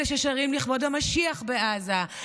אלה ששרים לכבוד המשיח בעזה,